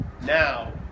now